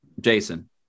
Jason